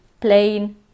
plain